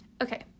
Okay